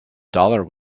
dollar